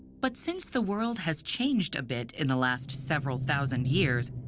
but since the world has changed a bit in the last several thousand years,